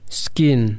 skin